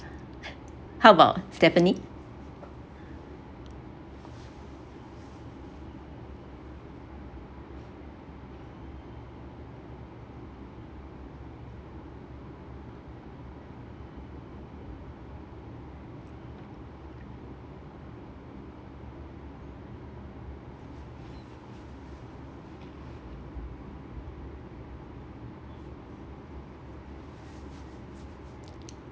how about stephanie